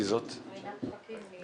ירון מלך.